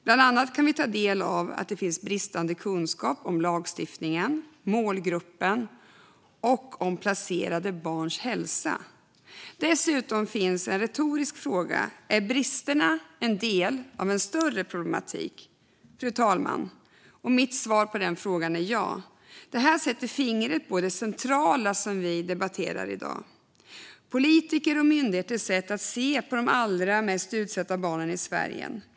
Bland annat kan vi ta del av att det finns bristande kunskap om lagstiftningen, målgruppen och placerade barns hälsa. Dessutom finns en retorisk fråga, fru talman: Är bristerna en del av en större problematik? Mitt svar på den frågan är ja. Detta sätter fingret på det centrala i det vi debatterar i dag, nämligen politikers och myndigheters sätt att se på de allra mest utsatta barnen i Sverige.